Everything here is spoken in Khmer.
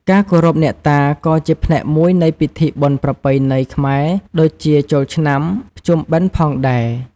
ការគោរពអ្នកតាក៏ជាផ្នែកមួយនៃពិធីបុណ្យប្រពៃណី ខ្មែរដូចជាចូលឆ្នាំ ភ្ជុំបិណ្ឌផងដែរ។